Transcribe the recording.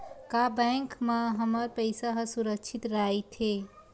का बैंक म हमर पईसा ह सुरक्षित राइथे?